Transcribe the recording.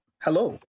Hello